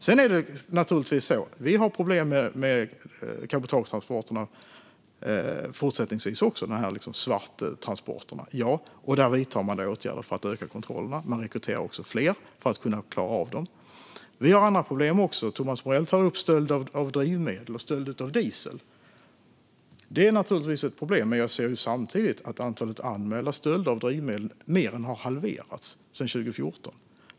Sedan är det naturligtvis så att vi har problem med cabotagetransporterna, svarttransporterna, även fortsättningsvis. Där vidtar man åtgärder för att öka kontrollerna. Man rekryterar också fler för att kunna klara av dem. Det finns även andra problem. Thomas Morell tar upp stöld av drivmedel och diesel. Det är naturligtvis ett problem, men jag ser samtidigt att antalet anmälda stölder av drivmedel har mer än halverats sedan 2014.